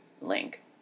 link